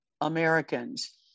americans